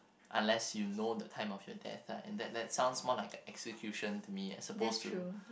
unless you know the time of your death lah and that sounds more like a execution to me I suppose to